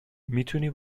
میتونی